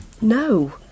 No